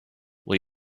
will